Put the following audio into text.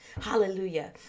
Hallelujah